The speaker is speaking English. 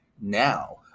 now